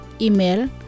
Email